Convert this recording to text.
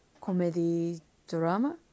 comedy-drama